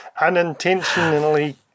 unintentionally